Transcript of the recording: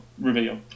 reveal